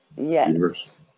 Yes